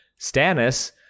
Stannis